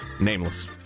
nameless